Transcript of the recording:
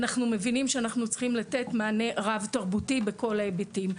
אנחנו מבינים שאנחנו צריכים לתת מענה רב תרבותי בכל ההיבטים.